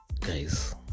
guys